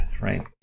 right